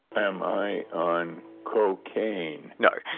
am i on cocaine? no,